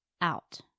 out